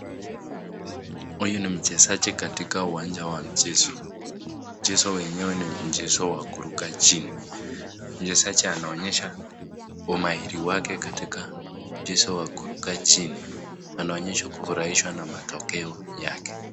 Huyu ni mchezaji katika uwanja wa mchezo, mchezo wenyewe ni mchezo wa kuruka gym ,mchezaji anaonyesha umahiri wake katika mchezo za kuruka gym ,anaonyesja kufurahishwa na matokeo yake.